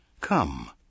Come